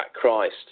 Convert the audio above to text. Christ